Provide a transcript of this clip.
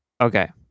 Okay